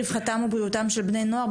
רווחתם ובריאותם של בני נוער,